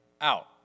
out